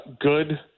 good